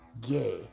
gay